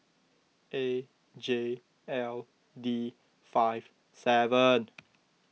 A J L D five seven